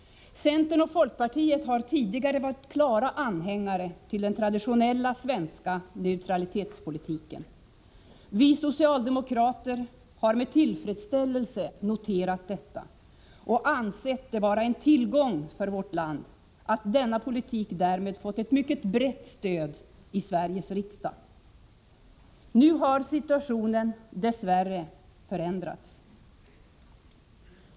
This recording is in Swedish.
Centern och folkpartiet har tidigare varit klara anhängare till den traditionella svenska neutralitetspolitiken. Vi socialdemokrater har med tillfredsställelse noterat detta och ansett det vara en tillgång för vårt land att denna politik därmed fått ett mycket brett stöd i Sveriges riksdag. Nu har situationen dess värre förändrats.